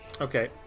Okay